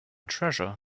treasure